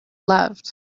loved